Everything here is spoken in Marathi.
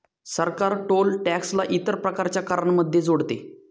सरकार टोल टॅक्स ला इतर प्रकारच्या करांमध्ये जोडते